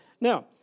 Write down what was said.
Now